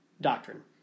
Doctrine